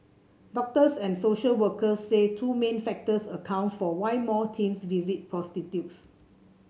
doctors and social workers say two main factors account for why more teens visit prostitutes